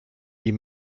die